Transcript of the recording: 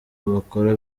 bakora